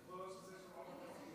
כבוד היושב-ראש,